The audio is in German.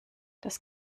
das